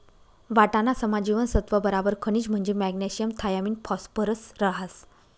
वाटाणासमा जीवनसत्त्व बराबर खनिज म्हंजी मॅग्नेशियम थायामिन फॉस्फरस रहास